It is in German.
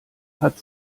hat